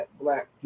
Black